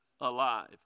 alive